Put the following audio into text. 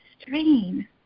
strain